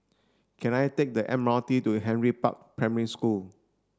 can I take the M R T to Henry Park Primary School